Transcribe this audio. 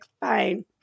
fine